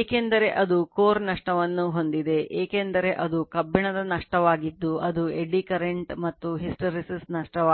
ಏಕೆಂದರೆ ಅದು ಕೋರ್ ನಷ್ಟವನ್ನು ಹೊಂದಿದೆ ಏಕೆಂದರೆ ಅದು ಕಬ್ಬಿಣದ ನಷ್ಟವಾಗಿದ್ದು ಅದು ಎಡ್ಡಿ ಕರೆಂಟ್ ಮತ್ತು ಹಿಸ್ಟರೆಸಿಸ್ ನಷ್ಟವಾಗಿದೆ